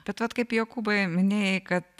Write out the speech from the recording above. bt vat kaip jokūbai minėjai kad